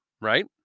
right